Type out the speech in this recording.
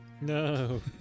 No